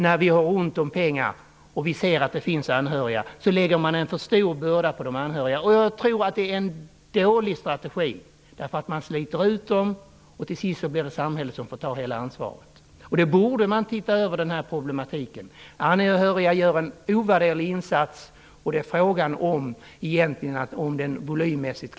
När man har ont om pengar och ser att det finns anhöriga läggs en för stor börda på de anhöriga. Jag tror att det är en dålig strategi, därför att man sliter ut dem. Till sist blir det samhället som får ta hela ansvaret. Man borde se över denna problematik. Anhöriga gör en ovärderlig insats, och det är frågan om den egentligen kan öka mer volymmässigt.